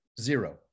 zero